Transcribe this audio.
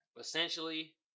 essentially